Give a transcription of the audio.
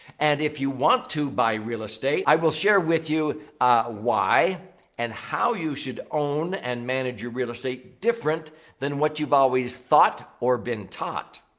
and if you want to buy real estate i will share with you why and how you should own and manage your real estate different than what you've always thought or been taught.